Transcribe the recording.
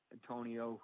Antonio